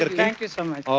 ah thank you so much.